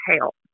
help